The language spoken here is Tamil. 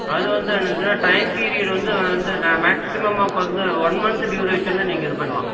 அது வந்து அது வந்துச்சுனா டைம் பிரீயடு வந்து வந்து ந மேக்சிமம் அப்போ வந்து ஒன் மந்த்து டியூரேஷனில் நீங்கள் இது பண்ணலாம்